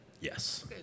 yes